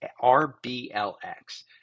R-B-L-X